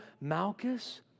Malchus